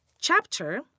chapter